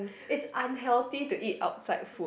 is unhealthy to eat outside food